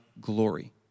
glory